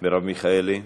מרב מיכאלי?